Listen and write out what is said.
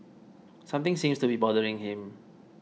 something seems to be bothering him